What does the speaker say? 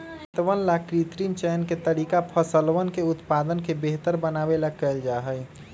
खेतवन ला कृत्रिम चयन के तरीका फसलवन के उत्पादन के बेहतर बनावे ला कइल जाहई